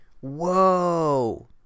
Whoa